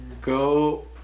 Go